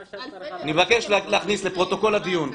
אני מבקש להכניס לפרוטוקול הדיון,